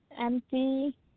empty